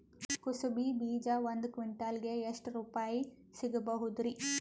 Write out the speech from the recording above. ಕುಸಬಿ ಬೀಜ ಒಂದ್ ಕ್ವಿಂಟಾಲ್ ಗೆ ಎಷ್ಟುರುಪಾಯಿ ಸಿಗಬಹುದುರೀ?